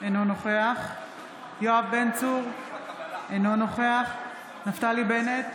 אינו נוכח יואב בן צור, אינו נוכח נפתלי בנט,